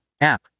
App